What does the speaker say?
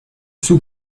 sous